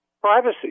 Privacy